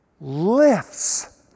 lifts